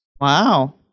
Wow